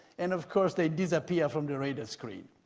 and of course they disappear from the radar screen.